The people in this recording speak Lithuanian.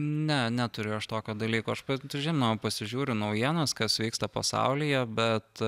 ne neturiu aš tokio dalyko aš pats žinoma pasižiūriu naujienas kas vyksta pasaulyje bet